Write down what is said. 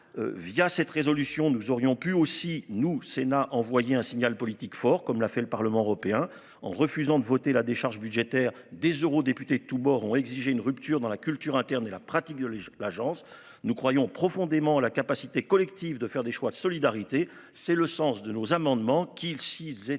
Via cette résolution nous aurions pu aussi nous Sénat envoyer un signal politique fort, comme l'a fait. Le Parlement européen en refusant de voter la décharge budgétaire des euro-députés de tous bords ont exigé une rupture dans la culture interne et la pratique de l'agence nous croyons profondément la capacité collective de faire des choix de solidarité. C'est le sens de nos amendements qu'ils s'ils étaient